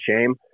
shame